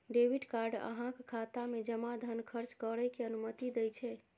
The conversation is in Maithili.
डेबिट कार्ड अहांक खाता मे जमा धन खर्च करै के अनुमति दै छै